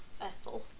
Ethel